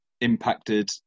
impacted